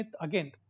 again